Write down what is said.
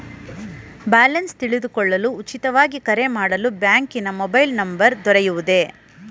Balance ತಿಳಿದುಕೊಳ್ಳಲು ಉಚಿತವಾಗಿ ಕರೆ ಮಾಡಲು ಬ್ಯಾಂಕಿನ ಮೊಬೈಲ್ ನಂಬರ್ ದೊರೆಯುವುದೇ?